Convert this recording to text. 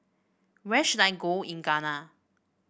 where should I go in Ghana